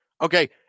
Okay